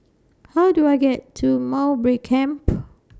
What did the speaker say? How Do I get to Mowbray Camp